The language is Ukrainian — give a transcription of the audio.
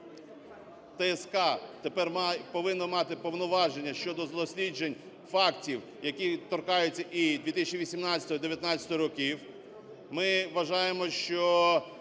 ТСК тепер повинна мати повноваження щодо досліджень фактів, які торкаються і 2018-го, і 2019 років.